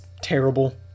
terrible